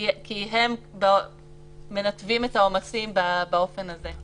כי הם מנתבים את העומסים באופן הזה.